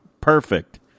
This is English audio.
Perfect